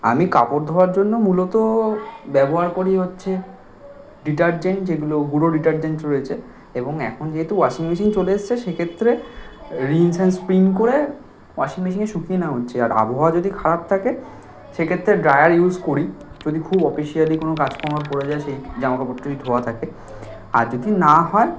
আমি কাপড় ধোয়ার জন্য মূলত ব্যবহার করি হচ্ছে ডিটারজেন্ট যেগুলো গুঁড়ো ডিটারজেন্ট রয়েছে এবং এখন যেহেতু ওয়াশিং মেশিন চলে এসেছে সেক্ষেত্রে রিন্স অ্যান্ড স্পিন করে ওয়াশিং মেশিনে শুকিয়ে নেওয়া হচ্ছে আর আবহাওয়া যদি খারাপ থাকে সেক্ষেত্রে ড্রায়ার ইউজ করি যদি খুব অফিসিয়ালি কোনো কাজকর্ম পড়ে যায় সেই জামা কাপড়টাই ধোয়া থাকে আর যদি না হয়